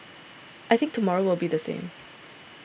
I think tomorrow will be the same